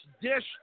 dish